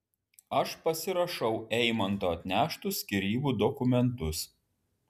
aš pasirašau eimanto atneštus skyrybų dokumentus